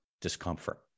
discomfort